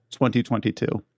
2022